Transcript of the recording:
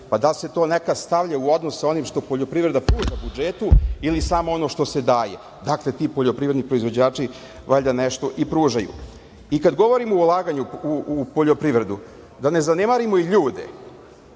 Da li se to nekad stavlja u odnos sa onim što poljoprivreda pruža budžetu ili samo ono što se daje. Dakle, ti poljoprivredni proizvođači valjda nešto i pružaju. Kad govorimo o ulaganju u poljoprivredu da ne zanemarimo i ljude